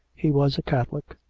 he was a catholic,